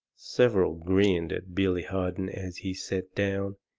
several grinned at billy harden as he set down,